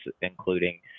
including